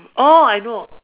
oh I know